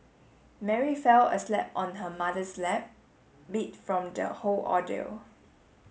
Mary fell aslept on her mother's lap beat from the whole ordeal